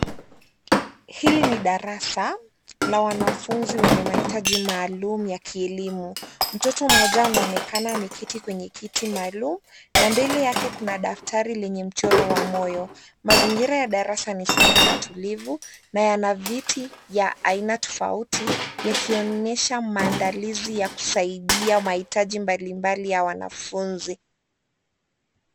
Hili ni darasa la wanafunzi wenye mahitaji maalumu ya kielimu. Mtoto mmoja anaonekana ameketi kwenye kiti maalum na mbele yake kuna daftari lenye mchoro wa moyo. Mazingira ya darasa ni safi na tulivu na yana viti vya aina tofauti yakionyesha maandalizi ya kusaidia mahitaji mbali mbali ya wanafunzi.